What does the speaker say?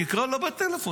תקרא לו בטלפון.